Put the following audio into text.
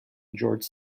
george